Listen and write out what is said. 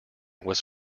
was